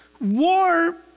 war